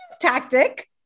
tactic